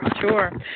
Sure